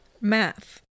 Math